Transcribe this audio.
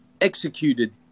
executed